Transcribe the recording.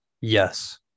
Yes